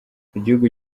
igihugu